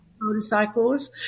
motorcycles